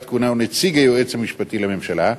כהונה הוא נציג היועץ המשפטי לממשלה.